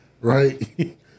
right